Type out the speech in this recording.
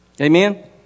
Amen